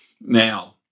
Now